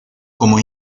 como